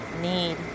need